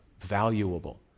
valuable